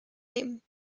name